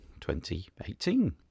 2018